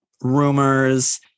rumors